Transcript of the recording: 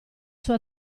sua